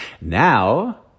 now